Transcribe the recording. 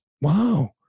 Wow